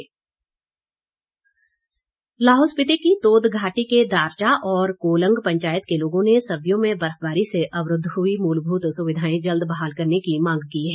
ज्ञापन लाहौल स्पीति की तोद घाटी के दारचा और कोलंग पंचायत के लोगों ने सर्दियों में बर्फबारी से अवरूद्ध हुई मूलभूत सुविधाएं जल्द बहाल करने की मांग की है